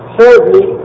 Thirdly